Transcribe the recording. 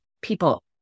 people